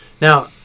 Now